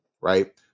right